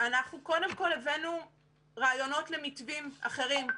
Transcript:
אנחנו, קודם כול, הבאנו רעיונות למתווים אחרים.